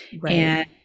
right